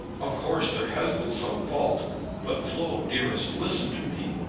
of course there has been some fault but, flo dearest, listen to me.